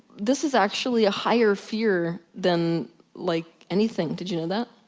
this is actually a higher fear than like, anything. did you know that?